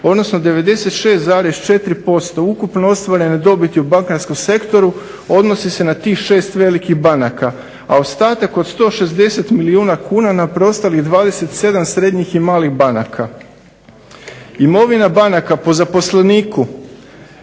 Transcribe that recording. odnosno 96,4% ukupno ostvarene dobiti u bankarskom sektoru odnosi se na tih 6 velikih banaka, a ostatak od 160 milijuna kuna na preostalih 27 srednjih i malih banaka. Imovina banaka po zaposleniku